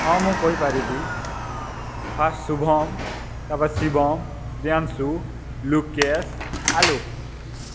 ହଁ ମୁଁ କହି ପାରିବି ଫାର୍ଷ୍ଟ୍ ଶୁଭମ୍ ତାପରେ ଶିବମ୍ ପ୍ରିୟାଂଶୁ ଲୁକେଶ୍ ଆଲୋକ